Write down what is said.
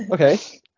okay